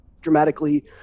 dramatically